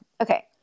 Okay